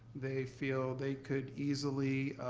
they feel they could easily